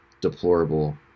deplorable